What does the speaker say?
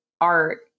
art